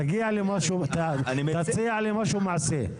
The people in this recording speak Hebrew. תציע לי משהו מעשי.